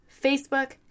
Facebook